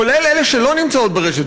כולל אלה שלא נמצאות ברשת,